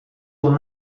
will